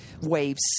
waves